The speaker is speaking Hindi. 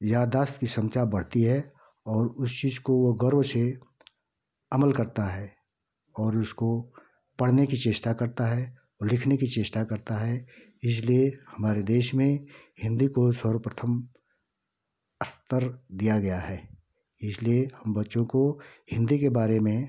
याददाश्त की क्षमता बढ़ती है और उस चीज़ को वो गर्व से अमल करता है और उसको पढ़ने की चेष्ठा करता है और लिखने की चेष्ठा करता है इसलिए हमारे देश में हिन्दी को सर्वप्रथम अस्तर दिया गया है इसलिए हम बच्चों को हिन्दी के बारे में